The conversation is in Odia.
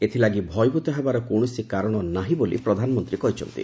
ଏଥିଲାଗି ଭୟଭୀତ ହେବାର କୌଣସି କାରଣ ନାହିଁ ବୋଲି ପ୍ରଧାନମନ୍ତ୍ରୀ କହିଛନ୍ତି